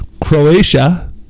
Croatia